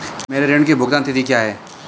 मेरे ऋण की भुगतान तिथि क्या है?